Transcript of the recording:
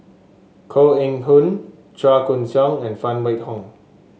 Koh Eng Hoon Chua Koon Siong and Phan Wait Hong